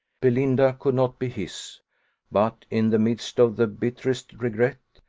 belinda could not be his but, in the midst of the bitterest regret,